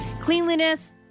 Cleanliness